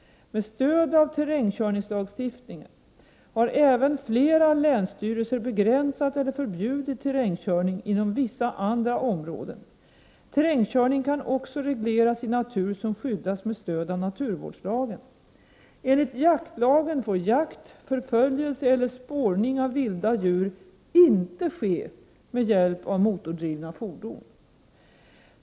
Med stöd av terrängkörningslagstiftningen har även flera länsstyrelser begränsat eller förbjudit terrängkörning inom vissa andra områden. Terrängkörning kan också regleras i natur som skyddas med stöd av naturvårdslagen. Enligt jaktlagen får jakt, förföljelse eller spårning av vilda djur inte ske med hjälp av motordrivna fordon.